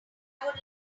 would